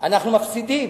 אנחנו מפסידים.